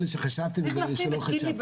כל הדברים שעליהם חשבתי וגם אלה שלא חשבתי.